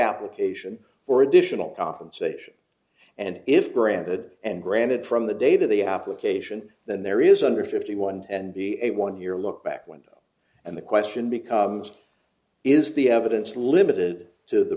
application for additional compensation and if granted and granted from the data the application than there is under fifty one and be a one year look back window and the question becomes is the evidence limited to the